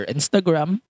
Instagram